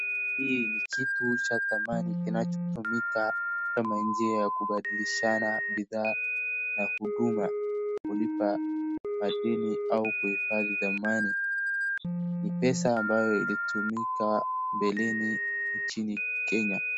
Hii ni kitu cha dhamani kinachotumika kama njia ya kubadilishana bidhaa na huduma kulipa kwa ajili au kuhifadhi dhamani. Ni pesa ambayo ilitumika mabeleni nchini Kenya.